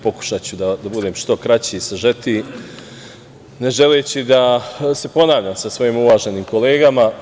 Pokušaću da budem što kraći i sažetiji ne želeći da se ponavljam sa svojim uvaženim kolegama.